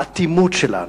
האטימות שלנו,